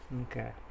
Okay